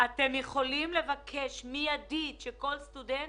אתם יכולים לבקש שלכל סטודנט